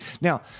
now